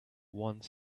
one